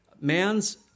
Man's